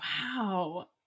Wow